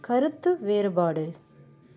கருத்து வேறுபாடு